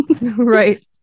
Right